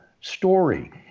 story